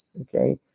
okay